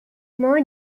more